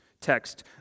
text